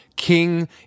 king